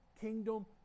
kingdom